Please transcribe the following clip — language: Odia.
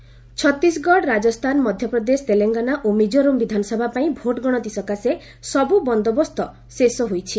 କାଉଣ୍ଟିଂ ପୁଲ୍ସ ଛତିଶଗଡ଼ ରାଜସ୍ଥାନ ମଧ୍ୟପ୍ରଦେଶ ତେଲେଙ୍ଗାନା ଓ ମିକ୍ଟୋରାମ ବିଧାନସଭା ପାଇଁ ଭୋଟ୍ ଗଣତି ସକାଶେ ସବୁ ବନ୍ଦୋବସ୍ତ ଶେଷ ହୋଇଛି